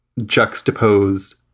juxtapose